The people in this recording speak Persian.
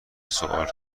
سوال